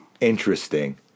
Interesting